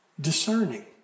discerning